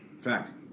facts